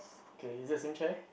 okay is the same chair